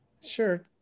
Sure